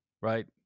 right